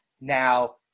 Now